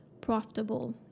profitable